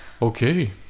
Okay